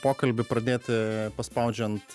pokalbį pradėti paspaudžiant